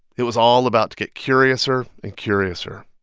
it was all about to get curiouser and curiouser